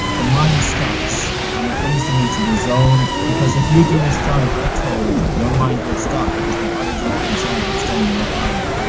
the mind stops, and it brings them into the zone because if you do a strong breath equal hold your mind will stop because the body is more concerned with staying alive,